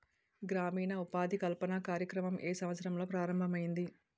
గ్రామీణ ఉపాధి కల్పన కార్యక్రమం ఏ సంవత్సరంలో ప్రారంభం ఐయ్యింది?